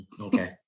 Okay